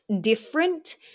different